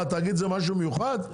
למה תאגיד זה משהו מיוחד?